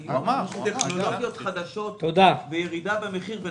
שיהיו טכנולוגיות חדשות וירידה במחיר.